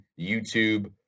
YouTube